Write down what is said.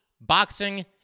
boxing